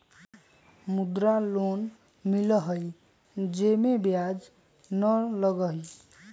मुद्रा लोन मिलहई जे में ब्याज न लगहई?